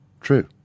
true